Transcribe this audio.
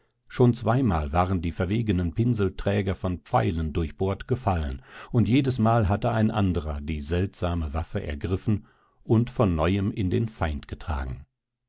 schon zweimal waren die verwegenen pinselträger von pfeilen durchbohrt gefallen und jedesmal hatte ein anderer die seltsame waffe ergriffen und von neuem in den feind getragen